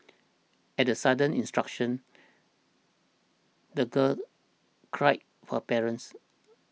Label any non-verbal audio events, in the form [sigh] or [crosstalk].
at the sudden intrusion the girl [noise] cried for parents